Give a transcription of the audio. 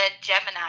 Gemini